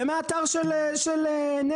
זה מהאתר של נת"ע.